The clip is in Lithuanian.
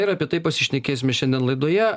ir apie tai pasišnekėsime šiandien laidoje